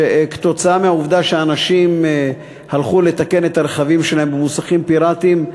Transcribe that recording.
שכתוצאה מהעובדה שאנשים הלכו לתקן את הרכבים שלהם במוסכים פיראטיים,